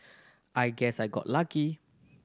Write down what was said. I guess I got lucky